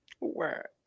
Work